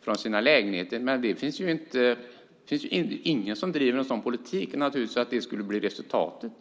från sina lägenheter. Det finns naturligtvis ingen som driver en sådan politik att det skulle bli resultatet.